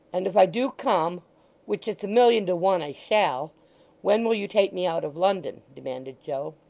and if i do come which it's a million to one, i shall when will you take me out of london demanded joe.